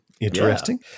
Interesting